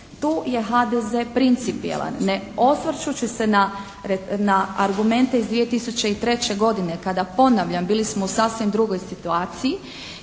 Tu je HDZ principijelan ne osvrćući se na argumente iz 2003. godine kada ponavljam bili smo u sasvim drugoj situaciji.